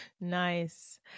nice